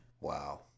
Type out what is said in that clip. Wow